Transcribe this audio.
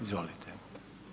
Izvolite.